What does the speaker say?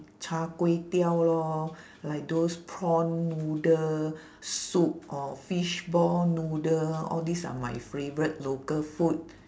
char kway teow lor like those prawn noodle soup or fishball noodle all these are my favourite local food